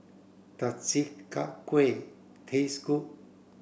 does Chi Kak Kuih taste good